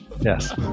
Yes